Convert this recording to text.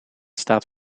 staat